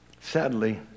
sadly